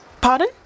Pardon